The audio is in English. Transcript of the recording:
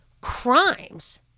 crimes